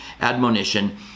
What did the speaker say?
admonition